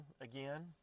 again